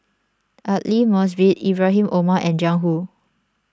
Aidli Mosbit Ibrahim Omar and Jiang Hu